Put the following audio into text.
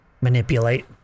manipulate